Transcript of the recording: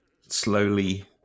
slowly